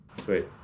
Sweet